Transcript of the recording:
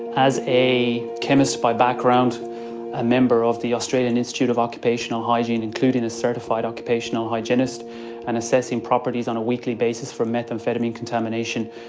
as a chemist by background and a member of the australian institute of occupational hygiene including a certified occupational hygienist and assessing properties on a weekly basis for methamphetamine contamination,